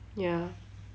ya